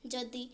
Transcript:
ଯଦି